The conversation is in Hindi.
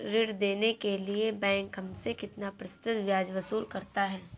ऋण देने के लिए बैंक हमसे कितना प्रतिशत ब्याज वसूल करता है?